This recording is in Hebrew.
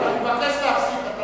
אני מבקש להפסיק.